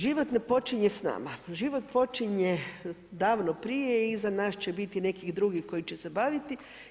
Život ne počinje s nama, život počinje davno prije i iza nas će biti neki drugi koji će se baviti.